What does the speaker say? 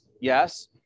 yes